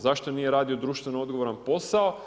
Zašto nije radio društveno odgovoran posao?